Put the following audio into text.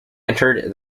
entered